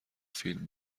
فیلم